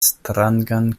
strangan